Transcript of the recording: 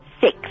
Six